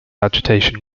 agitation